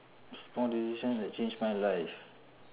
small decision that changed my life